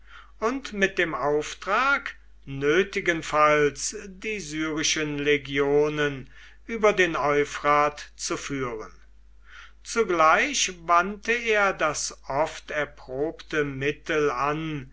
und mit dem auftrag nötigenfalls die syrischen legionen über den euphrat zu führen zugleich wandte er das oft erprobte mittel an